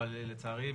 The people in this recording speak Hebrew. אבל לצערי,